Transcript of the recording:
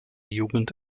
jugend